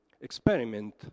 experiment